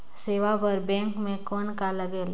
सेवा बर बैंक मे कौन का लगेल?